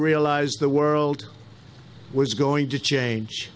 realized the world was going to change